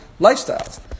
lifestyles